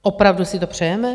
Opravdu si to přejeme?